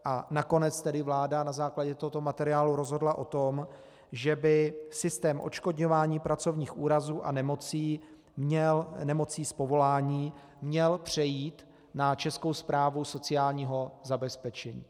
A nakonec tedy vláda na základě tohoto materiálu rozhodla o tom, že by systém odškodňování pracovních úrazů a nemocí z povolání měl přejít na Českou správu sociálního zabezpečení.